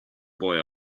boy